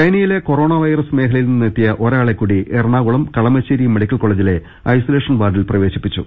ചൈനയിലെ corona virus മേഖലയിൽനിന്നെത്തിയ ഒരാ ളെക്കൂടി എറണാകുളം കളമശ്ശേരി മെഡിക്കൽ കോളേജിലെ ഐസൊ ലേഷൻ വാർഡിൽ പ്രവേശിപ്പിച്ചു